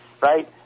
Right